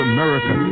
America